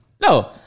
No